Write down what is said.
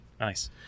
Nice